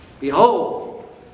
Behold